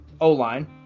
O-line